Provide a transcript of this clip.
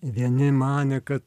vieni manė kad